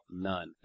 None